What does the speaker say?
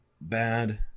bad